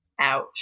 ouch